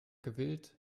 gewillt